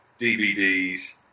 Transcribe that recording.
DVDs